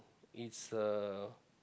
it's a